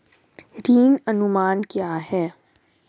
ऋण अनुमान क्या है?